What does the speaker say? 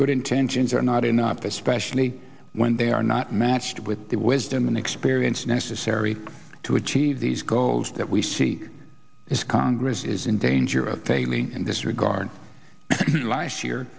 good intentions are not enough especially when they are not matched with the wisdom and experience necessary to achieve these goals that we see as congress is in danger of failing in this regard last year